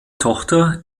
tochter